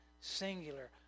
singular